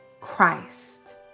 Christ